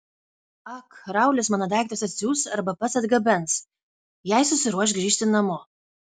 ak raulis mano daiktus atsiųs arba pats atgabens jei susiruoš grįžti namo